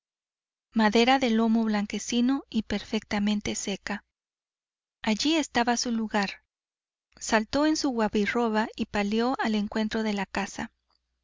madera de lomo blanquecino y perfectamente seca allí estaba su lugar saltó en su guabiroba y paleó al encuentro de la caza